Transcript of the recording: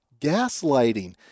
gaslighting